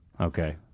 Okay